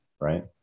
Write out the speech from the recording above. Right